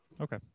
Okay